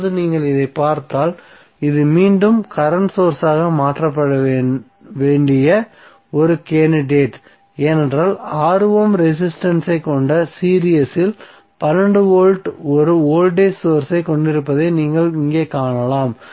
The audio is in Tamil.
இப்போது நீங்கள் இதைப் பார்த்தால் இது மீண்டும் கரண்ட் சோர்ஸ் ஆக மாற்றப்பட வேண்டிய ஒரு கேண்டிடேட் ஏனென்றால் 6 ஓம் ரெசிஸ்டன்ஸ் ஐ கொண்ட சீரிஸ் இல் 12 வோல்ட் ஒரு வோல்டேஜ் சோர்ஸ் ஐ கொண்டிருப்பதை இங்கே காணலாம்